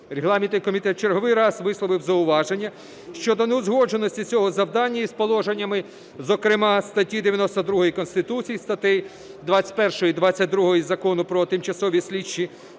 Регламентний комітет в черговий раз висловив зауваження щодо неузгодженості цього завдання із положеннями, зокрема, статті 92 Конституції, статей 21, 22 Закону "Про тимчасові слідчі